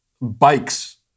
bikes